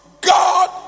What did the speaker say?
God